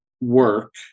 work